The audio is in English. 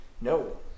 No